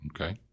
Okay